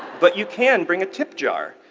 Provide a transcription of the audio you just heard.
but you can bring a tip jar.